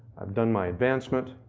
i've done my advancement